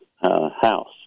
house